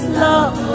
love